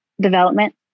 development